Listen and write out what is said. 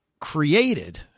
created